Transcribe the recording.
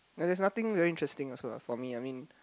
but there's nothing very interesting also lah for me I mean